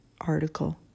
article